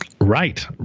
Right